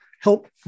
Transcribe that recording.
help